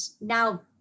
now